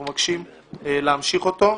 אנחנו מבקשים להמשיך אותו,